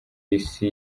isi